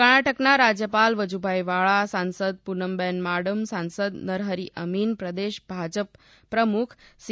કર્ણાટકના રાજ્યપાલ વજુભાઈ વાળા સાંસદ પુનમબેન માડમ સાંસદ નરહરી અમીન પ્રદેશ ભાજપ પ્રમુખ સી